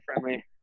friendly